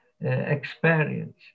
experience